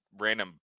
random